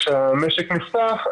כשהמשק נפתח,